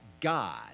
God